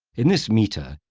in this meter,